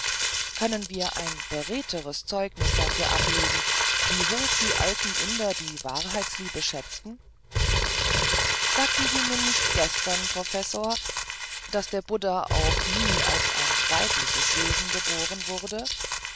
können wir ein beredteres zeugnis dafür verlangen wie hoch die alten inder die wahrheitsliebe schätzten sagten sie mir nicht gestern professor daß der buddha auch nie als ein weibliches wesen geboren wurde